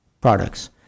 products